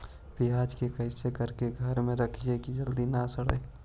प्याज के कैसे करके घर में रखबै कि जल्दी न सड़ै?